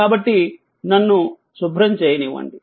కాబట్టి నన్ను శుభ్రం చేయనివ్వండి